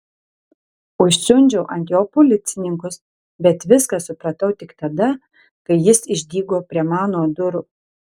užsiundžiau ant jo policininkus bet viską supratau tik tada kai jis išdygo prie mano durų